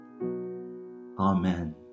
Amen